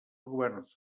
governs